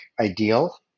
ideal